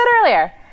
earlier